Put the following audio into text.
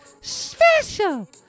Special